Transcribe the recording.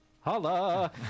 Holla